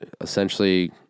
essentially